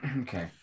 Okay